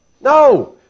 No